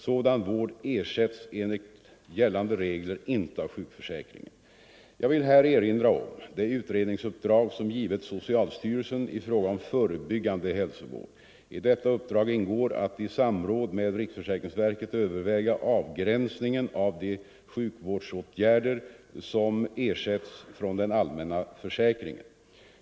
Sådan vård ersätts enligt gällande regler inte av sjukförsäkringen. Jag vill här erinra om det utredningsuppdrag som givits socialstyrelsen i fråga om förebyggande hälsovård. I detta uppdrag ingår att i samråd med riksförsäkringsverket överväga avgränsningen av de sjukvårdsåtgärder som ersätts från den allmänna försäkringen.